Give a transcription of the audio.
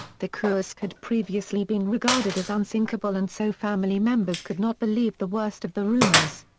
the kursk had previously been regarded as unsinkable and so family members could not believe the worst of the rumours.